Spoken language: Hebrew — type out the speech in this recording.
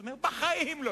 הוא אומר: בחיים לא,